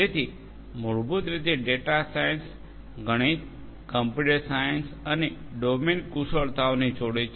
તેથી મૂળભૂત રીતે ડેટા સાયન્સ ગણિત કમ્પ્યુટર સાયન્સઅને ડોમેન કુશળતાઓને જોડે છે